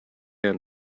end